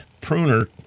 pruner